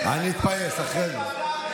אני אתפייס אחרי זה.